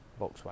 Volkswagen